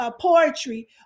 poetry